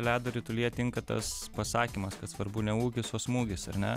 ledo ritulyje tinka tas pasakymas kad svarbu ne ūgis o smūgis ar ne